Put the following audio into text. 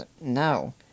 No